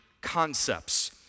concepts